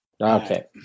Okay